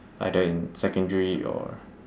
either in secondary or